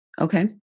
Okay